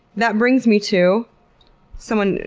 that brings me to someone.